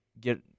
get